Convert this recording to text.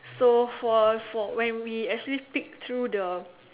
so for for when we actually peek through the